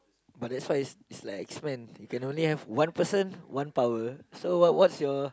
but that side is is like expense you can only have one person one power so what's your